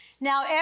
Now